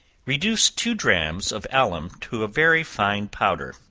reduce two drachms of alum to a very fine powder,